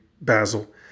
Basil